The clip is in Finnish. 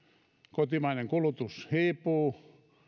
kotimainen kulutus hiipuu